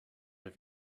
have